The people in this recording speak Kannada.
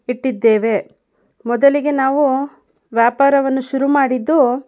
ಇಟ್ಟಿದ್ದೇವೆ ಮೊದಲಿಗೆ ನಾವು ವ್ಯಾಪಾರವನ್ನು ಶುರು ಮಾಡಿದ್ದು